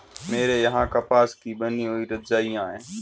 मेरे यहां कपास की बनी हुई रजाइयां है